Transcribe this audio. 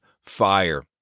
fire